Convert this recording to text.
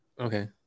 Okay